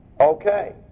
Okay